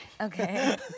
Okay